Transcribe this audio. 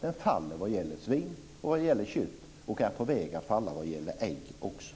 Den faller vad gäller svin och kött och är på väg att falla vad gäller ägg också.